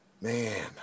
Man